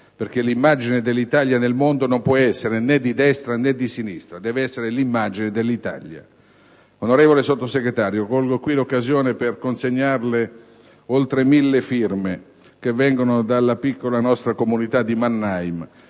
perché l'immagine dell'Italia nel mondo non può essere né di destra, né di sinistra: deve essere l'immagine dell'Italia. Onorevole Sottosegretario, colgo qui l'occasione per consegnarle oltre mille firme che sono state raccolte nella nostra piccola comunità di Mannheim,